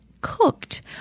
cooked